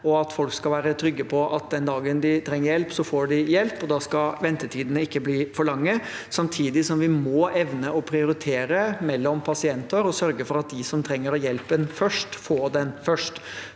og at folk skal være trygge på at den dagen de trenger hjelp, får de hjelp. Da skal ventetidene ikke bli for lange, samtidig som vi må evne å prioritere mellom pasienter og sørge for at de som trenger hjelpen først, får den først.